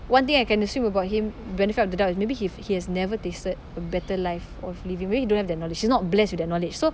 one day I can assume about him benefit of the doubt is maybe he he has never tasted a better life of living maybe he don't have that knowledge he's not blessed with that knowledge so